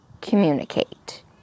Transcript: communicate